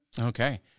Okay